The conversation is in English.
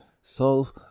solve